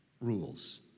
rules